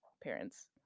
parents